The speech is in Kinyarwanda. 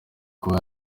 kuba